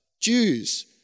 Jews